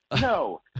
No